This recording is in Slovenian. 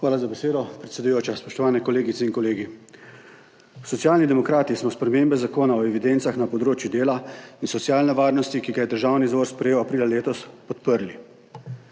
Hvala za besedo, predsedujoča. Spoštovane kolegice in kolegi. Socialni demokrati smo spremembe Zakona o evidencah na področju dela in socialne varnosti, ki ga je Državni zbor sprejel aprila letos, podprli.